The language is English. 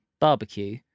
barbecue